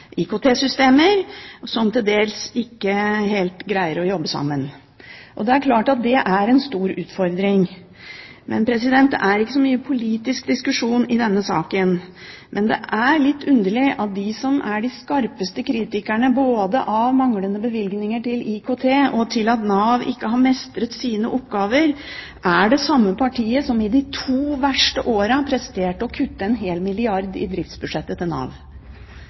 som til dels ikke helt greier å jobbe sammen. Det er klart at det er en stor utfordring. Det er ikke så mye politisk diskusjon i denne saken, men det er litt underlig at de som er de skarpeste kritikerne både med hensyn til manglende bevilgninger til IKT og med hensyn til at Nav ikke har mestret sine oppgaver, er det partiet som i de to verste årene presterte å kutte en hel milliard i